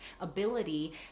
ability